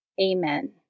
Amen